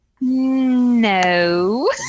No